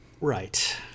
Right